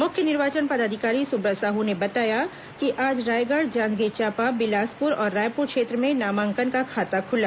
मुख्य निर्वाचन पदाधिकारी सुब्रत साहू ने बताया कि आज रायगढ़ जांजगीर चांपा बिलासपुर और रायपुर क्षेत्र में नामांकन का खाता खुला